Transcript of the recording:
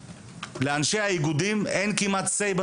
לאנשים האיגודים אין כמעט יכולת התערבות